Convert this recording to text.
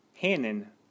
Hannon